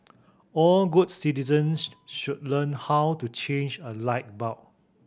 all good citizens should learn how to change a light bulb